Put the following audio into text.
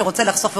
שרוצה לחסוך,